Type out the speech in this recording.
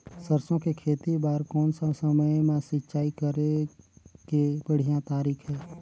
सरसो के खेती बार कोन सा समय मां सिंचाई करे के बढ़िया तारीक हे?